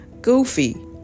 Goofy